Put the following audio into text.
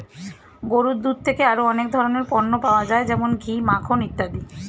গরুর দুধ থেকে আরো অনেক ধরনের পণ্য পাওয়া যায় যেমন ঘি, মাখন ইত্যাদি